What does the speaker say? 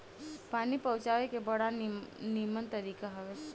पानी पहुँचावे के बड़ा निमन तरीका हअ